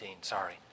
Sorry